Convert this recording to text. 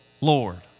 Lord